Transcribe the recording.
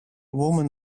woman